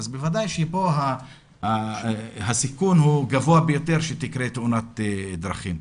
אז ודאי שפה הסיכון גבוה ביותר שתקרה תאונת דרכים.